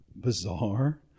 Bizarre